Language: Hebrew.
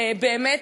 באמת,